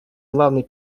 главной